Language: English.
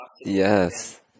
Yes